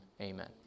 amen